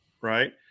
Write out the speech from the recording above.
right